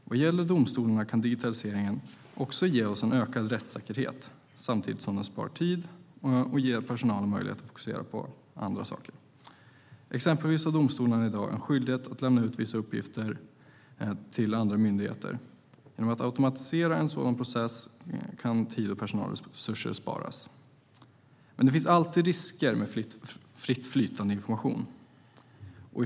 När det gäller domstolarna kan digitaliseringen också ge en ökad rättssäkerhet samtidigt som den sparar tid och ger personalen möjlighet att fokusera på annat. Exempelvis har domstolen i dag en skyldighet att lämna ut vissa uppgifter till andra myndigheter. Genom att automatisera en sådan process kan tid och personalresurser sparas. Men det finns alltid risker med fritt flytande information.